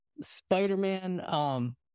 Spider-Man